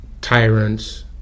tyrants